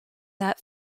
that